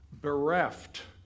bereft